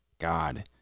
God